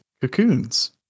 Cocoons